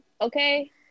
okay